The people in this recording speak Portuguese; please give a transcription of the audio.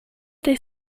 ter